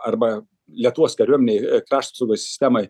arba lietuvos kariuomenei krašto apsaugos sistemai